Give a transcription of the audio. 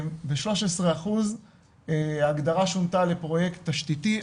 ו-13% ההגדרה שונתה לפרויקט תשתיתי,